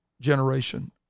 generation